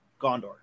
Gondor